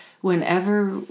Whenever